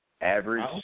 Average